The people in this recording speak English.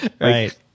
Right